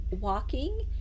walking